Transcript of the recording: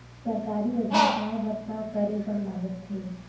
सरकारी योजना पाए बर का करे बर लागथे?